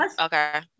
okay